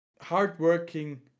hardworking